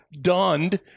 donned